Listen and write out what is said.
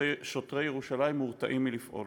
שוטרי ירושלים מורתעים מלפעול.